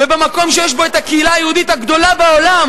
ובמקום שיש בו הקהילה היהודית הגדולה בעולם